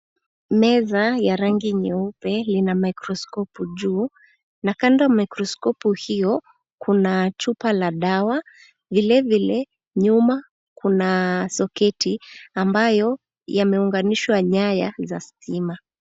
Meza ya rangi nyeupe ina microscope juu na kando ya microscope hio kuna chupa la dawa. Vilevile nyuma kuna soketi ambayo yameunganishwa nyaya za stima.